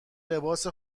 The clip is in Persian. لباس